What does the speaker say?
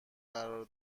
قرار